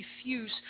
refuse